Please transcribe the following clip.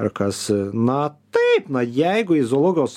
ar kas na taip na jeigu į zoologijos